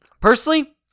Personally